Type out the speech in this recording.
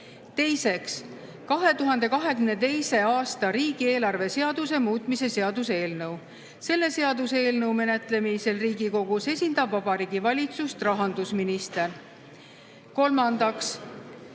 Teiseks, 2022. aasta riigieelarve seaduse muutmise seaduse eelnõu. Selle seaduseelnõu menetlemisel Riigikogus esindab Vabariigi Valitsust rahandusminister. Kolmandaks,